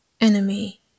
enemy